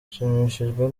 nshimishijwe